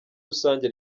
rusange